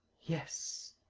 yes.